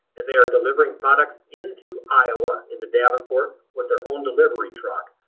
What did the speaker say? and they are delivering products into iowa, into davenport, with their own delivery truck.